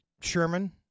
Sherman